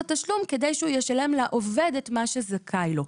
תשלום כדי שהוא ישלם לעובד את מה שהוא זכאי לו.